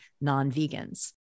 non-vegans